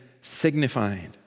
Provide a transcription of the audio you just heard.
signified